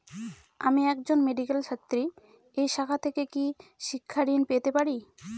আমি একজন মেডিক্যাল ছাত্রী এই শাখা থেকে কি শিক্ষাঋণ পেতে পারি?